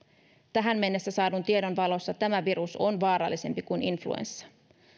tähän mennessä saadun tiedon valossa tämä virus on vaarallisempi kuin influenssa